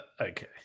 okay